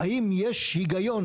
יש דבר בסיסי שלא הבנת.